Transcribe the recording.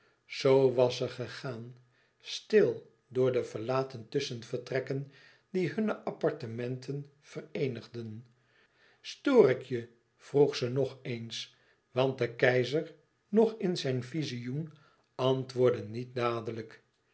was ze gegaan stil door de verlaten tusschenvertrekken die hunne appartementen vereenigden e ids aargang toor ik je vroeg ze nog eens want de keizer nog in zijn vizioen antwoordde niet dadelijk